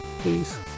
please